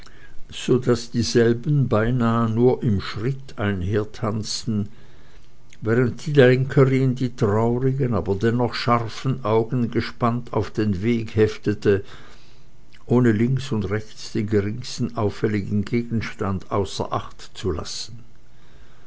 so daß dieselben beinah nur im schritt einhertanzten während die lenkerin die traurigen aber dennoch scharfen augen gespannt auf den weg heftete ohne links und rechts den geringsten auffälligen gegenstand außer acht zu lassen